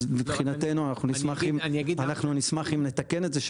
אז מבחינתנו אנחנו נשמח אם נתקן את זה,